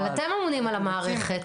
אבל אתם אמונים על המערכת.